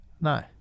No